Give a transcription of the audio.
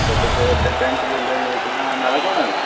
अच्छा तुस सरपंच बोल्ला दे कुत्थुआं नालातोड़ा दा